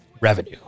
revenue